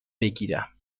بگیرم